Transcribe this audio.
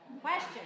Question